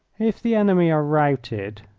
if the enemy are routed,